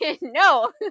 no